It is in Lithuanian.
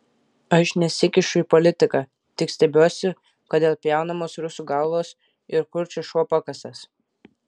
aš nesikišu į politiką tik stebiuosi kodėl pjaunamos rusų galvos ir kur čia šuo pakastas